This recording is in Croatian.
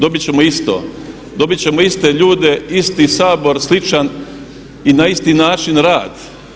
Dobiti ćemo isto, dobiti ćemo iste ljude, isti Sabor, sličan i na isti način rad.